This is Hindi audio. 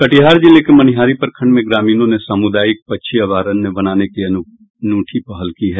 कटिहार जिले के मनिहारी प्रखंड में ग्रामीणों ने सामुदायिक पक्षी अभ्यारण्य बनाने की एक अनूठी पहल की है